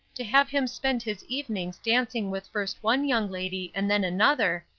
to have him spend his evenings dancing with first one young lady and then another,